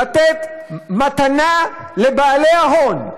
לתת מתנה לבעלי ההון.